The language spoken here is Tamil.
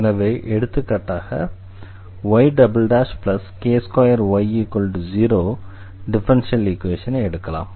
எனவே எடுத்துக்காட்டாக yk2y0 டிஃபரன்ஷியல் ஈக்வேஷனை எடுக்கலாம்